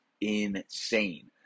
insane